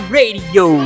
Radio